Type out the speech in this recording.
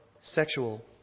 sexual